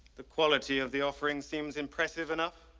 the quality of the offering seems impressive enough,